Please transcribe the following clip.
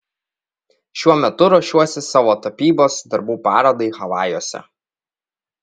šiuo metu ruošiuosi savo tapybos darbų parodai havajuose